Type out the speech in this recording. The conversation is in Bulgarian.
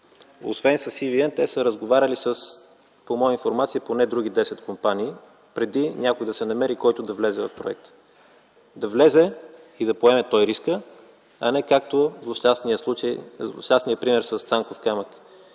Освен с EVN те са разговаряли, по моя информация, с поне други 10 компании преди да се намери някой, който да влезе в проекта. Да влезе и поеме той риска, а не както в злощастния пример с „Цанков камък”.